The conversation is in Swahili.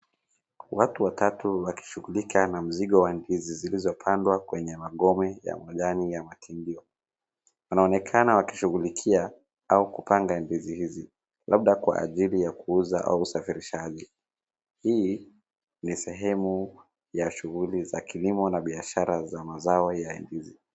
Watu watatu wakishugulika na mzigo wa ndizi zilizo pandwa kwenye magome ya majani ya mtindio. Wanaonekana wakishugulikia au kupanga ndizi hizi, labda kwa ajili ya kuuza au usafirishaji. Hii ni sehemu ya shughuli za kilimo na biashara za mazao za ndizi.